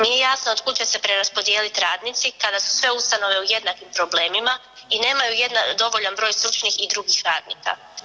Nije jasno od kud će se preraspodijeliti radnici kada su sve ustanove u jednakim problemima i nemaju dovoljan broj stručnih i drugih radnika.